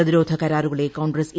പ്രതിരോധ കരാറുകളെ Congress A